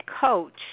coach